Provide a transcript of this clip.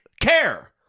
care